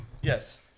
Yes